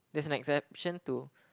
there's an exception to